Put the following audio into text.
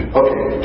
okay